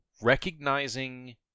recognizing